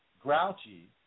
grouchy